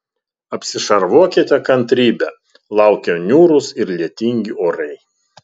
apsišarvuokite kantrybe laukia niūrūs ir lietingi orai